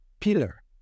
pillar